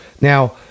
Now